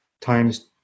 times